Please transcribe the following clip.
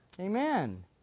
Amen